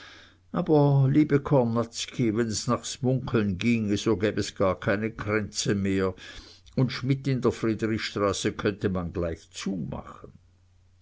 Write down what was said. aber liebe kornatzki wenn es nach s munkeln ginge gäb es gar keine kränze mehr un schmidt in der friedrichsstraße könnte man gleich zumachen